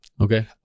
okay